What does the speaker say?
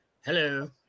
hello